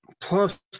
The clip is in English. Plus